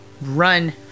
run